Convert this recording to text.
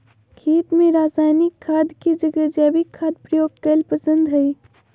खेत में रासायनिक खाद के जगह जैविक खाद प्रयोग कईल पसंद हई